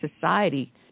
society